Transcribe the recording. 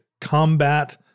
combat